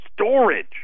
storage